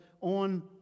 on